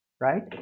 right